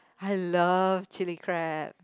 I love chili crab